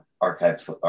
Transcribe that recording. archive